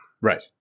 Right